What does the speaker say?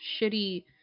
shitty